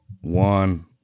one